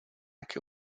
que